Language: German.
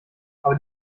aber